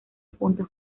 puntos